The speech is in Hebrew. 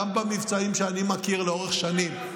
גם במבצעים שאני מכיר לאורך שנים,